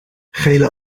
gele